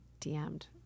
DM'd